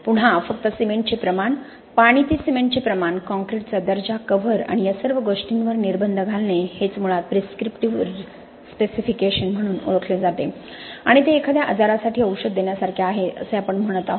पुन्हा फक्त सिमेंटचे प्रमाण पाणी ते सिमेंटचे प्रमाण काँक्रीटचा दर्जा कव्हर आणि या सर्व गोष्टींवर निर्बंध घालणे हेच मुळात प्रिस्क्रिप्टिव्ह स्पेसिफिकेशन म्हणून ओळखले जाते आणि ते एखाद्या आजारासाठी औषध देण्यासारखे आहे असे आपण म्हणत आहोत